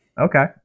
okay